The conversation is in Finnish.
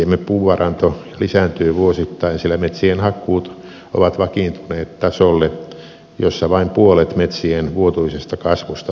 metsiemme puuvaranto lisääntyy vuosittain sillä metsien hakkuut ovat vakiintuneet tasolle jossa vain puolet metsien vuotuisesta kasvusta hakataan